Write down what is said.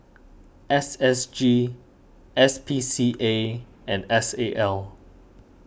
S S G S P C A and S A L